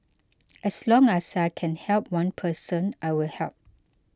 as long as I can help one person I will help